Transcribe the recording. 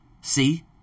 See